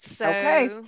Okay